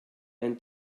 ein